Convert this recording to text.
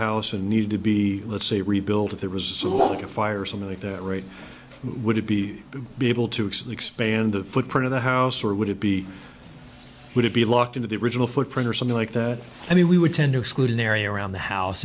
house and needed to be let's say rebuild if there was a fire some of the right would it be be able to expand the footprint of the house or would it be would it be locked into the original footprint or something like that i mean we would tend to exclude an area around the house